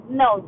no